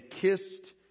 kissed